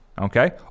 Okay